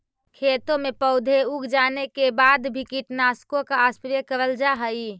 खेतों में पौधे उग जाने के बाद भी कीटनाशकों का स्प्रे करल जा हई